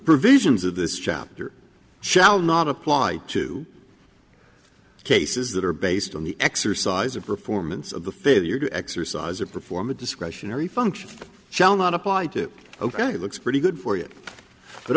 provisions of this chapter shall not apply to cases that are based on the exercise of performance of the failure to exercise or perform a discretionary function shall not apply to ok it looks pretty good for you but